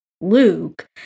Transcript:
Luke